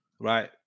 right